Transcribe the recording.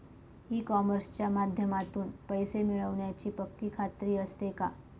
E कॉमर्सच्या माध्यमातून पैसे मिळण्याची पक्की खात्री असते का?